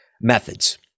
methods